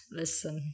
listen